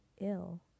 ill